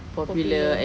popular